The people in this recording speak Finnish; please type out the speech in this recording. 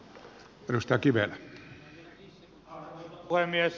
arvoisa puhemies